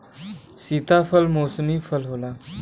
सीताफल मौसमी फल होला